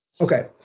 Okay